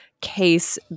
case